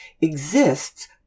exists